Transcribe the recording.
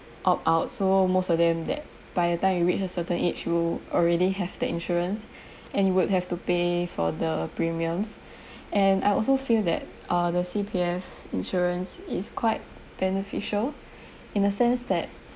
opt out so most of them that by the time you wait a certain age you already have the insurance and you would have to pay for the premiums and I also feel that uh the C_P_F insurance is quite beneficial in a sense that